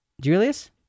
Julius